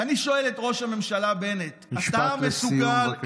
ואני שואל את ראש הממשלה בנט, משפט לסיום, בבקשה.